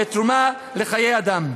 תרומה לחיי אדם.